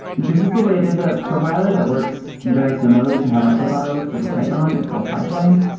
this is the way there's a profiler that works very similarly to have my profiler works with with python. it's called pyflame.